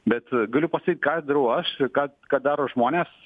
bet galiu pasakyt ką darau aš kad ką daro žmonės